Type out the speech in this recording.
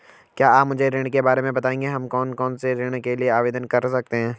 क्या आप मुझे ऋण के बारे में बताएँगे हम कौन कौनसे ऋण के लिए आवेदन कर सकते हैं?